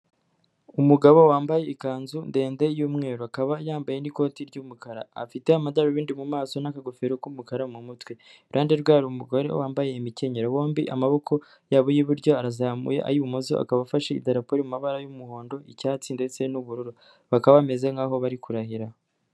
Umugabo wambaye ikanzu ndende y'umweru akaba yambaye n'ikoti ry'umukara afite amadarubindi mu maso n'akagofero k'umukara mu mutwe. Iruhande rwe hari umugore wambaye imikenyero bombi amaboko yabo y'iburyo arazamuye ay'ibumoso akaba afashedarapo mu mabara y'umuhondo, icyatsi ndetse n'ubururu bakaba bameze nkaho bari kurahira.